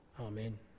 Amen